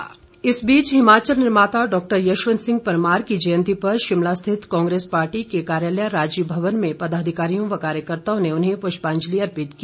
कांग्रेस इस बीच हिमाचल निर्माता डॉक्टर यशवंत सिंह परमार की जयंती पर शिमला स्थित कांग्रेस पार्टी के कार्यालय राजीव भवन में पदाधिकारियों व कार्यकर्ताओं ने उन्हें प्रष्याजंलि अर्पित की